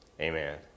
Amen